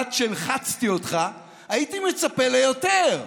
מוחלט שהלחצתי אותך, הייתי מצפה ליותר.